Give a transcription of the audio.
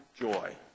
joy